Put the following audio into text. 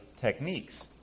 techniques